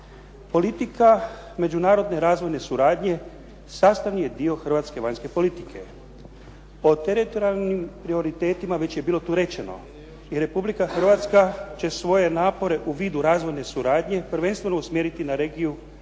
Politika međunarodne razvojne suradnje sastavni je dio hrvatske vanjske politike. O teritorijalnim prioritetima već je bilo tu rečeno i Republika Hrvatska će svoje napore u vidu razvojne suradnje prvenstveno usmjeriti na regiju